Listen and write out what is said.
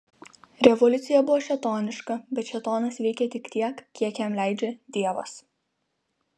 revoliucija buvo šėtoniška bet šėtonas veikia tik tiek kiek jam leidžia dievas